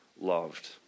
loved